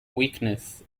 weakness